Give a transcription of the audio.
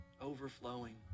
overflowing